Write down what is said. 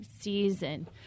season